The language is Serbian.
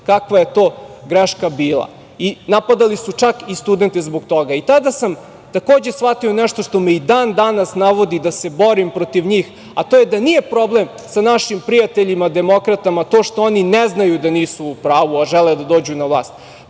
kakva je to greška bila i napadali su čak i studente zbog toga. Tada sam takođe shvatio nešto što me i dan-danas navodi da se borim protiv njih, a to je da nije problem sa našim prijateljima demokratama to što oni ne znaju da nisu u pravu, a žele da dođu vlast,